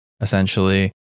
essentially